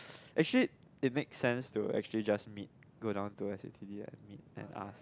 actually it makes sense to actually just meet go down to S_U_T_D to meet and ask